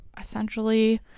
essentially